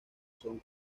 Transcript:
son